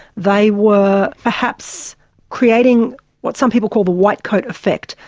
they were perhaps creating what some people call the white coat effect,